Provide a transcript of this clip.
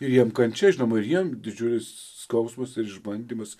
ir jiem kančia žinoma ir jiem didžiulius skausmas ir išbandymas